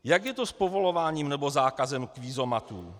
Jak je to s povolováním nebo zákazem kvízomatů?